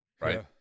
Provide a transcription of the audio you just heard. right